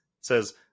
says